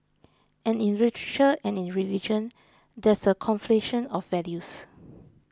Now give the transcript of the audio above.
and in literature and in religion there's a conflation of values